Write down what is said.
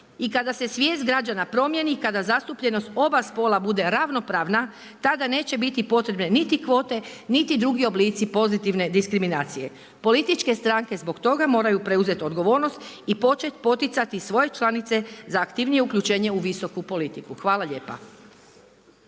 i kada se svijest građana promjeni, kada zastupljenost oba spola bude ravnopravna, tada neće biti potrebe niti kvote niti drugi oblici pozitivne diskriminacije. Političke stranke zbog toga moraju preuzet odgovornost i počet poticati svoje članice za aktivnije uključenje u visoku politiku. Hvala lijepa.